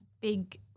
big